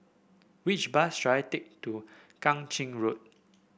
which bus should I take to Kang Ching Road